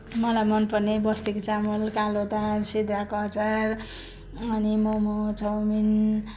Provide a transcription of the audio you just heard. मलाई मनपर्ने बस्तीको चामल कालो दाल सिद्राको अचार अनि मोमो चाउमिन